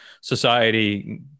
society